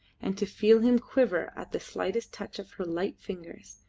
and to feel him quiver at the slightest touch of her light fingers.